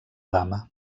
dama